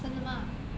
真的吗